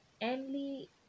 emily